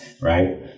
right